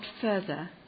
further